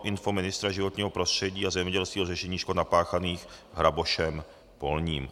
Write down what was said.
Info ministra životního prostředí a zemědělství o řešení škod napáchaných hrabošem polním.